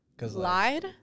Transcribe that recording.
Lied